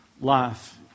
life